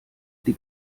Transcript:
die